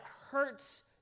hurts